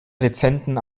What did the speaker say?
rezenten